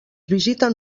visiten